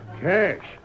Cash